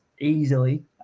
easily